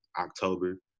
October